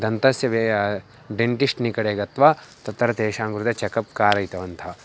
दन्तस्य dentist निकटे गत्वा तत्र तेषां कृते चेकप् कारितवन्तः